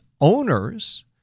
owners